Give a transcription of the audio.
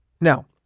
Now